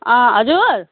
हजुर